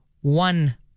one